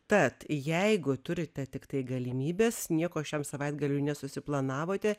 tad jeigu turite tiktai galimybės nieko šiam savaitgaliui nesusiplanavote